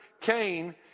Cain